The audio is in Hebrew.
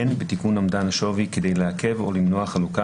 אין בתיקון אומדן השווי כדי לעכב או למנוע חלוקה